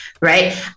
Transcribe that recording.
Right